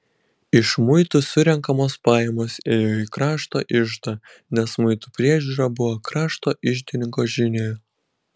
iš muitų surenkamos pajamos ėjo į krašto iždą nes muitų priežiūra buvo krašto iždininko žinioje